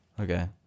Okay